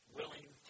willing